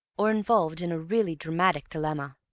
or involved in a really dramatic dilemma.